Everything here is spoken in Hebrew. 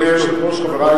אדוני היושב-ראש,